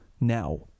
now